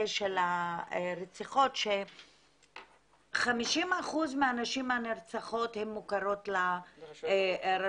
של הרציחות זה ש-50% מן הנרצחות הן מוכרות לשירותי